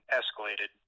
escalated